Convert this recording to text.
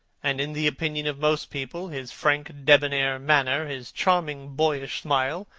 and in the opinion of most people his frank debonair manner, his charming boyish smile,